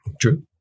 True